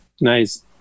Nice